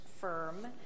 firm